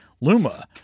Luma